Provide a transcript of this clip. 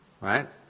Right